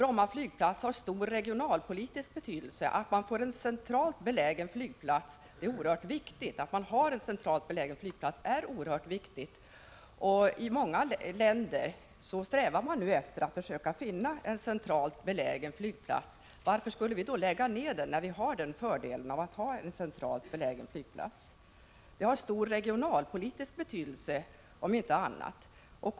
Bromma flygplats har även en stor regionalpolitisk betydelse, och det är viktigt att Helsingfors också har en centralt belägen flygplats. I många länder världen över strävar man efter att försöka finna centralt belägen mark för en flygplats. När vi nu har fördelen att redan ha en centralt belägen flygplats, varför skulle vi då lägga ned den? Som sagt har denna flygplats också stor regionalpolitisk betydelse.